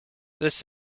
this